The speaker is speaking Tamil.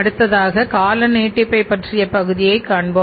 அடுத்ததாக கால நீட்டிப்பை பற்றிய பகுதியைக் காண்போம்